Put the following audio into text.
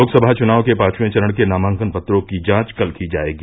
लोकसभा चुनाव के पांचवें चरण के नामांकन पत्रों की जांच कल की जायेगी